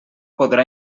podrà